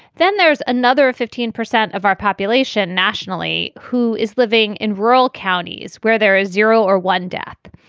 then there's another fifteen percent of our population nationally who is living in rural counties where there is zero or one death.